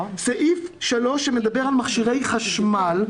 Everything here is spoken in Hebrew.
סעיף (3) שמדבר על מכשירי חשמל,